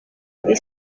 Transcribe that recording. kuri